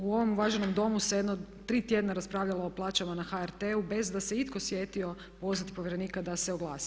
U ovom uvaženom Domu se jedno tri tjedna raspravljalo o plaćama na HRT-u bez da se itko sjetio pozvati povjerenika da se oglasi.